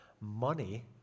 money